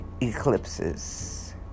eclipses